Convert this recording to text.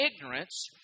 ignorance